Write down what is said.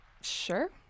Sure